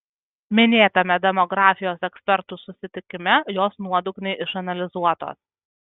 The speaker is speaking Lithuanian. minėtame demografijos ekspertų susitikime jos nuodugniai išanalizuotos